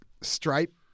stripe